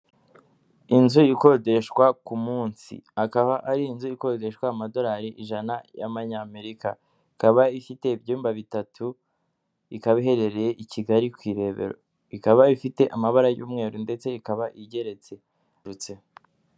Inzu ikodeshwa ku munsi akaba arinzu ikodeshwa amadolari ijana y'ayammanyamerika ikaba ifite ibyumba bitatu, ikaba iherereye i Kigali ku ireberoikaba ifite amabara y'umweru ndetse ikaba igeretserutse.